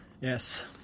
Yes